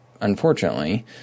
unfortunately